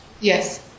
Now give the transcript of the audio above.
Yes